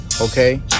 okay